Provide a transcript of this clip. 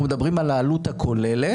אנחנו מדברים על העלות הכוללת,